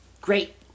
great